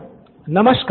student २ नमस्कार